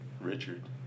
Richard